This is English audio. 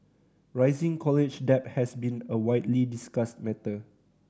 rising college debt has been a widely discussed matter